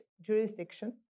jurisdiction